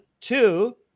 two